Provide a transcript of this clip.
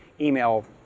email